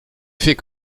fait